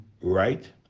right